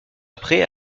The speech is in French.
après